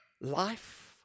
life